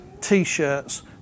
t-shirts